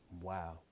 Wow